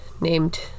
named